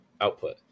output